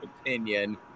opinion